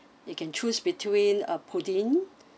you can choose between a pudding